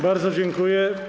Bardzo dziękuję.